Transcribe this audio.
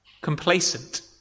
complacent